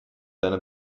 deine